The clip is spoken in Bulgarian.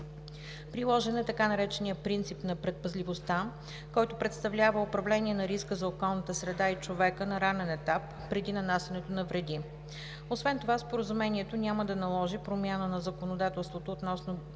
Приложен е така нареченият принцип на предпазливостта, който представлява управление на риска за околната среда и човека на ранен етап, преди нанасянето на вреди. Освен това Споразумението няма да наложи промяна на законодателството относно